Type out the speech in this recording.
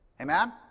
Amen